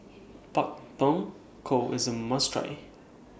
Pak Thong Ko IS A must Try